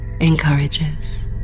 encourages